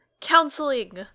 counseling